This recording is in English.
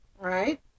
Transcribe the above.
right